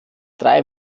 drei